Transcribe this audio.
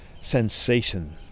sensation